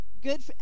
good